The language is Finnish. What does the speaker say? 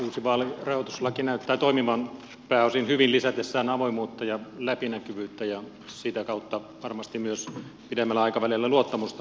uusi vaalirahoituslaki näyttää toimivan pääosin hyvin lisätessään avoimuutta ja läpinäkyvyyttä ja sitä kautta varmasti myös pidemmällä aikavälillä luottamusta politiikan toimijoihin